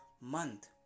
month